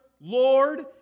Lord